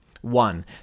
One